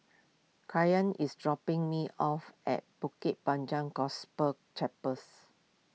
Kyan is dropping me off at Bukit Panjang Gospel Chapels